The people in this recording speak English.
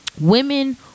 Women